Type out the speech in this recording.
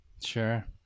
Sure